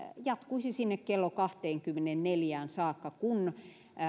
jatkuisi sinne kello kahteenkymmeneenneljään saakka kun